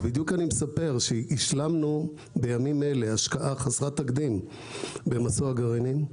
בדיוק אני מספר שהשלמנו בימים אלה השקעה חסרת תקדים במסוע גרעינים,